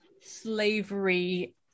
slavery